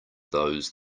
those